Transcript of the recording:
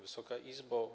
Wysoka Izbo!